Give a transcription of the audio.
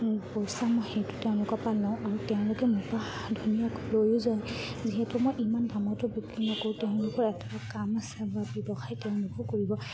পইচা মই সেইটো তেওঁলোকৰ পালোঁ আৰু তেওঁলোকে মোক ধুনীয়াকৈ লৈয়ো যায় যিহেতু মই ইমান দামতো বিক্ৰী নকৰোঁ তেওঁলোকৰ এটা কাম আছে বা ব্যৱসায় তেওঁলোকো কৰিব